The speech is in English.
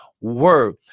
word